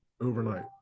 overnight